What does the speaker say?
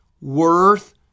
worth